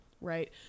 right